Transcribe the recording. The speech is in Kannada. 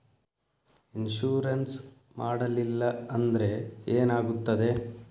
ಇನ್ಶೂರೆನ್ಸ್ ಮಾಡಲಿಲ್ಲ ಅಂದ್ರೆ ಏನಾಗುತ್ತದೆ?